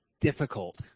difficult